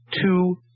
two